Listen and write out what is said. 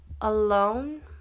alone